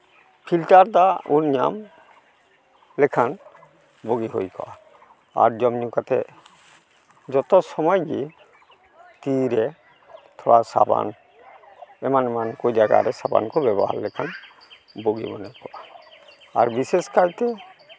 filter ᱫᱟᱜ ᱵᱚᱱ ᱧᱟᱢ ᱞᱮᱠᱷᱟᱱ ᱵᱩᱜᱤ ᱦᱩᱭ ᱠᱚᱜᱼᱟ ᱟᱨ ᱡᱚᱢ ᱧᱩ ᱠᱟᱛᱮ ᱡᱚᱛᱚ ᱥᱚᱢᱚᱭ ᱜᱮ ᱛᱤ ᱨᱮ ᱛᱷᱚᱲᱟ ᱥᱟᱵᱟᱱ ᱮᱢᱟᱱ ᱮᱢᱟᱱ ᱠᱚ ᱡᱟᱭᱜᱟ ᱨᱮ ᱥᱟᱵᱟᱱ ᱠᱚ ᱵᱮᱵᱚᱦᱟᱨ ᱞᱮᱠᱷᱟᱱ ᱵᱩᱜᱤ ᱢᱚᱱᱮ ᱠᱚᱜᱼᱟ ᱟᱨ ᱵᱤᱥᱮᱥ ᱠᱟᱭᱛᱮ